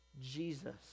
Jesus